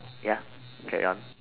ya carry on